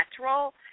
natural